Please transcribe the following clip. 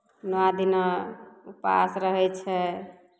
नओ दिना उपवास रहै छै